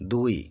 দুই